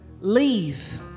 leave